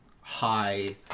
high